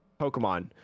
Pokemon